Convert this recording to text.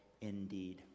indeed